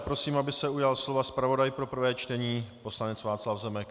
Prosím, aby se ujal slova zpravodaj pro prvé čtení poslanec Václav Zemek.